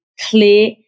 clear